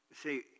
See